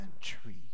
tree